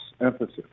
emphasis